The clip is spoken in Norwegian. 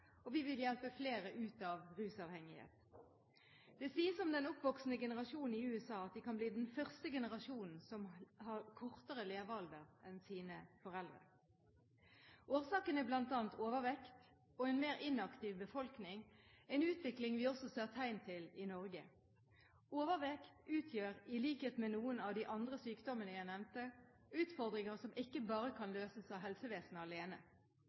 og vi vil hjelpe flere ut av rusavhengighet. Det sies om den oppvoksende generasjonen i USA at den kan bli den første generasjonen som har kortere levealder enn sine foreldre. Årsaken er bl.a. overvekt og en mer inaktiv befolkning, en utvikling vi også ser tegn til i Norge. Overvekt utgjør, i likhet med noen av de andre sykdommene jeg nevnte, utfordringer som ikke bare kan løses av helsevesenet alene.